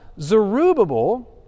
Zerubbabel